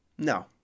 No